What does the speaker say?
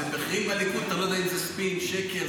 אצל "בכירים בליכוד" אתה לא יודע אם זה ספין, שקר.